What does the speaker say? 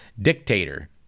dictator